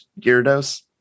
Gyarados